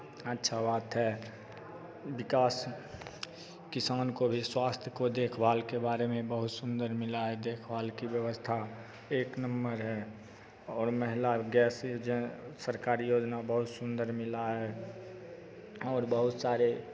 अच्छा बात है विकास किसान को भी स्वास्थ्य की देखभाल के बारे में बहुत सुंदर मिला है देखभाल की व्यवस्था एक नंबर है और महिला गैस सरकारी योजना बहुत सुंदर मिला है और बहुत सारे